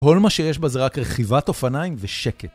כל מה שיש בזה רק רכיבת אופניים ושקט.